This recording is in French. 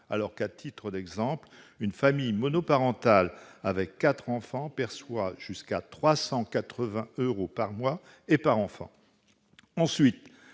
alors que, à titre d'exemple, une famille monoparentale avec quatre enfants perçoit jusqu'à 380 euros par mois et par enfant ? Ensuite,